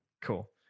cool